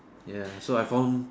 ya so I found